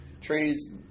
Trees